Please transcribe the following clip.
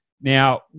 Now